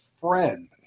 friend